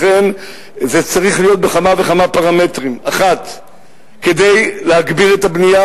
לכן זה צריך להיות בכמה וכמה פרמטרים: 1. כדי להגביר את הבנייה,